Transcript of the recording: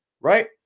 right